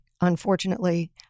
unfortunately